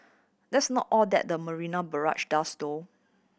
that's not all that the Marina Barrage does though